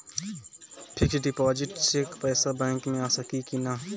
Fix deposit से पैसा bank मे आ सकी कि ना?